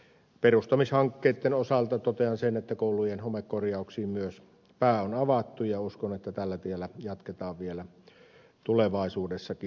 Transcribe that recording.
perustamishankkeitten osalta totean sen että myös koulujen homekorjauksiin pää on avattu ja uskon että tällä tiellä jatketaan vielä tulevaisuudessakin